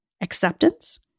acceptance